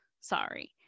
sorry